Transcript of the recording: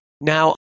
Now